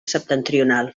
septentrional